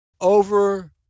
over